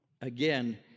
again